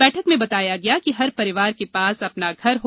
बैठक में बताया गया कि हर परिवार के पास अपना घर हो